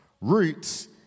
Roots